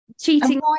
cheating